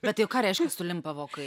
bet tai o ką reiškia sulimpa vokai